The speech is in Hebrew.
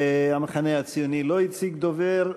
המחנה הציוני לא הציג דובר.